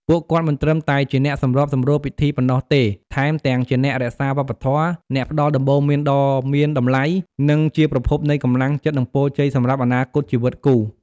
ពួកគាត់មិនត្រឹមតែជាអ្នកសម្របសម្រួលពិធីប៉ុណ្ណោះទេ ថែមទាំងជាអ្នករក្សាវប្បធម៌ អ្នកផ្ដល់ដំបូន្មានដ៏មានតម្លៃ និងជាប្រភពនៃកម្លាំងចិត្ត និងពរជ័យសម្រាប់អនាគតជីវិតគូ។